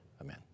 Amen